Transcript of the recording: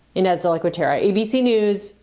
ines de la cuetara abc news,